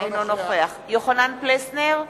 אינו נוכח יוחנן פלסנר,